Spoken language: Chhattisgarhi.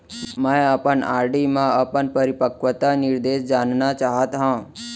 मै अपन आर.डी मा अपन परिपक्वता निर्देश जानना चाहात हव